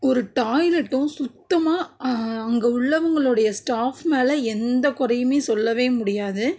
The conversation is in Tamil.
ஒரு டாய்லெட்டும் சுத்தமாக அங்கே உள்ளவங்களோடைய ஸ்டாஃப் மேலே எந்த குறையுமே சொல்லவே முடியாது